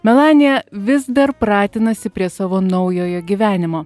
melanija vis dar pratinasi prie savo naujojo gyvenimo